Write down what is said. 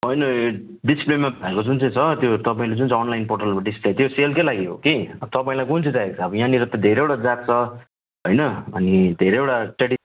होइन यो डिस्प्लेमा भएको जुन चाहिँ छ त्यो तपाईँले जुन चाहिँ अनलाइन पठाउनु भयो डिस्प्ले त्यो सेलकै लागि हो कि आ तपाईँलाई कुन चाहिँ चाहिएको छ अब यहाँनिर त धेरैवटा जात छ होइन अनि धेरैवटा ट्रेडिसन